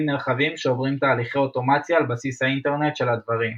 נרחבים שעוברים תהליכי אוטומציה על בסיס האינטרנט של הדברים.